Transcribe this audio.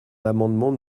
l’amendement